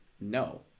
no